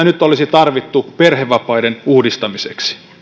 nyt olisi tarvittu perhevapaiden uudistamiseksi